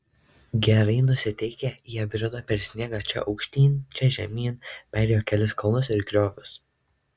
gerai nusiteikę jie brido per sniegą čia aukštyn čia žemyn perėjo kelis kalnus ir griovius